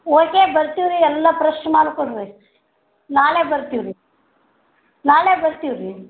okay ಬರ್ತಿವಿ ರೀ ಎಲ್ಲ ಫ್ರೆಶ್ ಮಾಲು ಕೊಡಿರಿ ನಾಳೆ ಬರ್ತೀವಿ ರೀ ನಾಳೆ ಬರ್ತೀವಿ ರೀ